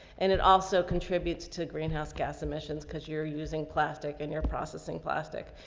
and it also contributes to the greenhouse gas emissions because you're using plastic in your processing plastic.